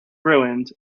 ruined